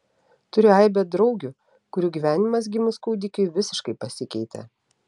turiu aibę draugių kurių gyvenimas gimus kūdikiui visiškai pasikeitė